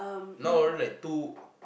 not only two